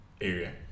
area